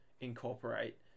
incorporate